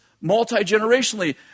Multi-generationally